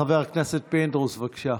חבר הכנסת פינדרוס, בבקשה.